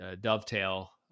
Dovetail